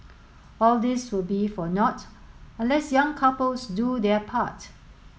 all this will be for naught unless young couples do their part